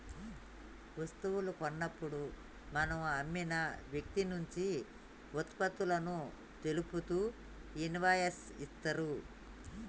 వస్తువు కొన్నప్పుడు మనకు అమ్మిన వ్యక్తినుంచి వుత్పత్తులను తెలుపుతూ ఇన్వాయిస్ ఇత్తరు